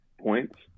points